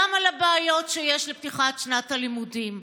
גם על הבעיות שיש בפתיחת שנת הלימודים.